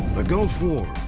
gulf war,